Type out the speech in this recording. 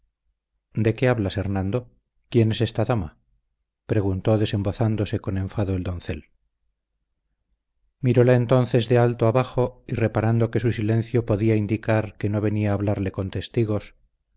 de qué hablas hernando quién es esta dama preguntó desembozándose con enfado el doncel miróla entonces de alto abajo y reparando que su silencio podía indicar que no venía a hablarle con testigos